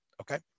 Okay